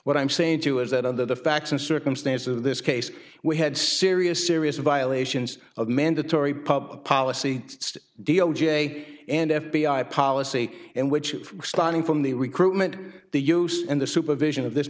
what i'm saying too is that under the facts and circumstances of this case we had serious serious violations of mandatory public policy d o j and f b i policy in which starting from the recruitment the use and the supervision of this